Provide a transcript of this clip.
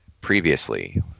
previously